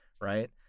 right